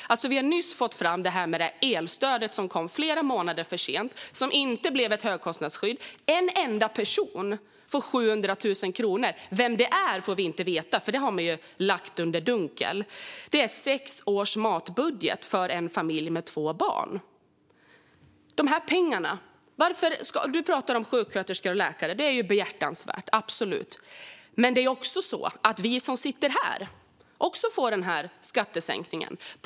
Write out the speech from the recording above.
Man har nyss fått fram det elstöd som kom flera månader för sent och som inte blev ett högkostnadsskydd. En enda person får 700 000 kronor - vem det är får vi inte veta, för det har man höljt i dunkel. Detta motsvarar sex års matbudget för en familj med två barn. Du pratar om sjuksköterskor och läkare, Crister Carlsson, och det är absolut behjärtansvärt. Men vi som sitter här får ju också denna skattesänkning.